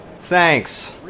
Thanks